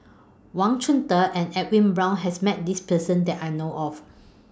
Wang Chunde and Edwin Brown has Met This Person that I know of